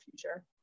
future